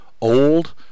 old